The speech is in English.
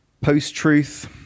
post-truth